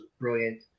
brilliant